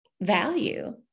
value